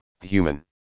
human